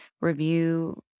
review